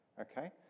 okay